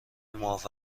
معاف